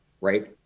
right